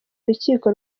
urukiko